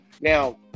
Now